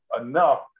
enough